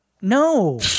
No